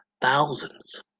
thousands